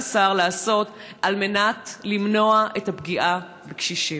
השר לעשות על מנת למנוע את הפגיעה בקשישים?